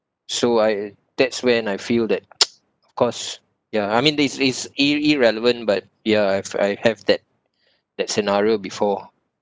so I that's when I feel that cause ya I mean this this i~ irrelevant but yeah I've I have that that scenario before